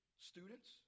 students